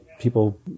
people